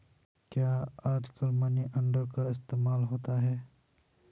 क्या आजकल money order का इस्तेमाल होता है?